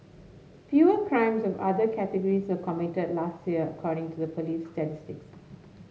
fewer crimes of other categories were committed last year according to the police's statistics